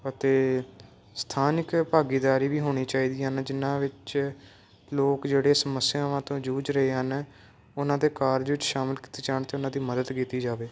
ਅਤੇ ਸਥਾਨਕ ਭਾਗੀਦਾਰੀ ਵੀ ਹੋਣੀ ਚਾਹੀਦੀ ਹਨ ਜਿਨ੍ਹਾਂ ਵਿੱਚ ਲੋਕ ਜਿਹੜੇ ਸਮੱਸਿਆਵਾਂ ਤੋਂ ਜੂਝ ਰਹੇ ਹਨ ਉਹਨਾਂ ਤੇ ਕਾਰਜ ਵਿੱਚ ਸ਼ਾਮਿਲ ਕੀਤੇ ਜਾਣ ਅਤੇ ਉਹਨਾਂ ਦੀ ਮਦਦ ਕੀਤੀ ਜਾਵੇ